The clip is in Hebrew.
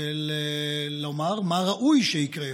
לומר מה ראוי שיקרה.